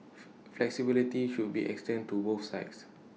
flexibility should be extended to both sides